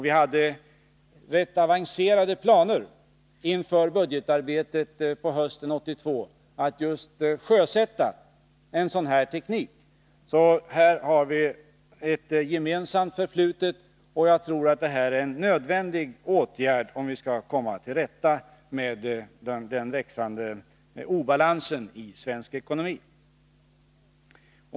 Vi hade rätt avancerade planer inför budgetarbetet på hösten 1982 att just ”sjösätta” en sådan teknik. Så här har vi ett gemensamt förflutet, och jag tror att detta är en nödvändig åtgärd om vi skall komma till rätta med den växande obalansen i svensk ekonomi.